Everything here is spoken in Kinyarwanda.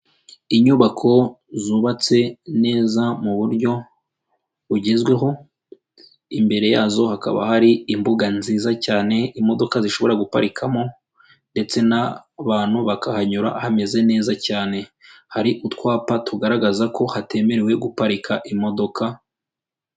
Inyubako zubatse neza mu buryo bugezweho, imbere yazo hakaba hari imbuga nziza cyane imodoka zishobora guparikamo, ndetse n'abantu bakahanyura hameze neza cyane, hari utwapa tugaragaza ko hatemerewe guparika imodoka.